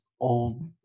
old